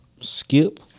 skip